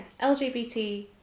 LGBT